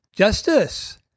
Justice